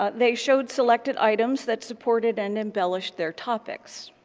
ah they showed selected items that supported and embellished their topics.